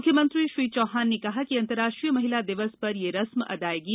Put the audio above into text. मुख्यमंत्री श्री चौहान ने कहा कि अंतर्राष्ट्रीय महिला दिवस पर यह रस्म अदायगी नहीं है